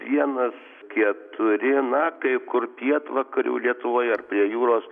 vienas keturi na kai kur pietvakarių lietuvoje ar prie jūros